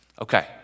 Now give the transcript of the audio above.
Okay